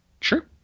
Sure